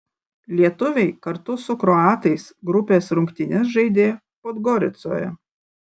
lietuviai kartu su kroatais grupės rungtynes žaidė podgoricoje